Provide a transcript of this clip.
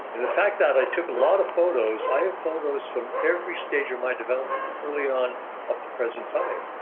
the fact that i took a lot of photos. i have photos from every stage of my development from early on up to present time.